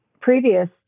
previous